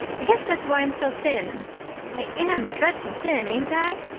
i guess that's why i'm so thin i am dreadful thin, ain't i?